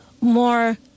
more